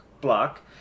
Block